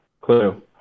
clue